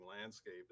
landscape